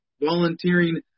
Volunteering